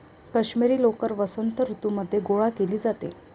काश्मिरी लोकर वसंत ऋतूमध्ये गोळा केली जाते